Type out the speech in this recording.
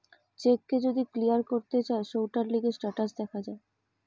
check কে যদি clear করতে চায় সৌটার লিগে স্টেটাস দেখা যায়